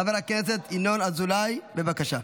חבר הכנסת ינון אזולאי, בבקשה.